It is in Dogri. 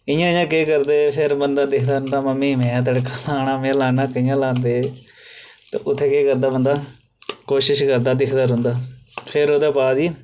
इ'यां इ'यां केह् करदे फिर बंदा दिखदा मम्मी में तड़का लाना में लाना कि'यां लांदे ते उत्थे केह् करदा बंदा कोशिश करदा दिखदा रौंहदा फिर ओह्दे बाद ई